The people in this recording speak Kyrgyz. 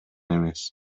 эмес